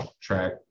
track